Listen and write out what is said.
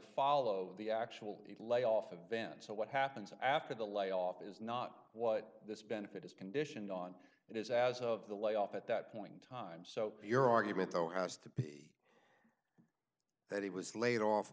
follow the actual layoff event so what happens after the layoff is not what this benefit is conditioned on it is as of the layoff at that point in time so your argument though has to be that he was laid off